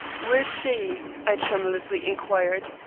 where is she? i tremulously inquired,